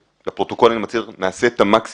אני מצהיר לפרוטוקול שאנחנו נעשה את המקסימום.